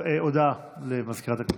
הודעה למזכירת הכנסת.